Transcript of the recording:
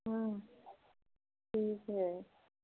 हाँ ठीक है